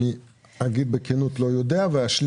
אני אגיד בכנות שאני לא יודע ואשלים